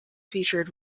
featured